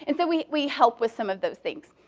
and so we we help with some of those things.